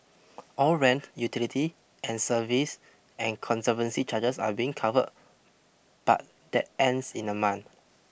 all rent utility and service and conservancy charges are being covered but that ends in a month